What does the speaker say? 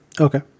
okay